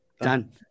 Done